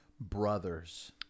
Brothers